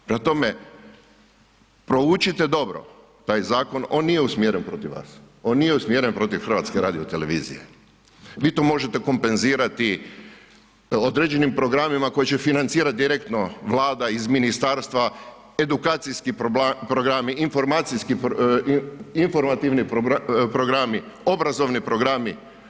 Prema tome, proučite dobro taj zakon, on nije usmjeren protiv vas, on nije usmjeren protiv HRT-a, vi to možete kompenzirati određenim programima koji će financirati direktno Vlada iz ministarstva, edukacijski programi, informacijski, informativni programi, obrazovni programi.